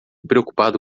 preocupado